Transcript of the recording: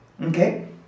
okay